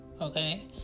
okay